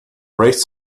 raised